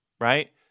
right